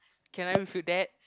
can I refute that